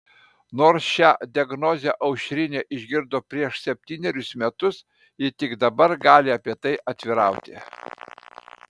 nors šią diagnozę aušrinė išgirdo prieš septynerius metus ji tik dabar gali apie tai atvirauti